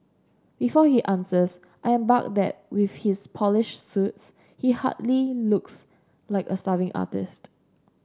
before he answers I remark that with his polished suits he hardly looks like a starving artist